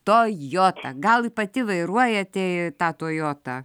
toyota gal ir pati vairuojate tą tojotą